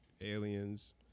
Aliens